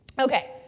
Okay